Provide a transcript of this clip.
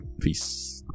Peace